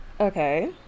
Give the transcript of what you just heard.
Okay